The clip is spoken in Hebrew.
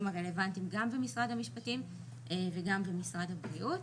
הרלוונטיים גם במשרד המשפטים וגם במשרד הבריאות.